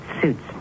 suits